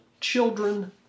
Children